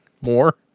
more